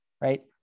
right